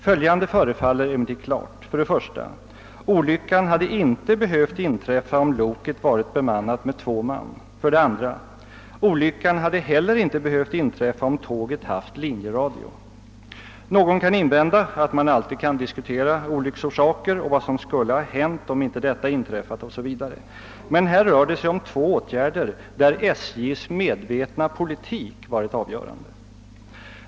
Följande förefaller emellertid klart: För det första hade olyckan inte behövt inträffa om loket hade varit bemannat med två man. För det andra hade den heller inte behövt inträffa om tåget haft linjeradio. Någon kan in vända att man alltid kan diskutera olycksorsaker och vad som skulle ha hänt om inte detta inträffat o.s.v. Men här rör det sig om två åtgärder där SJ:s medvetna politik varit avgörande.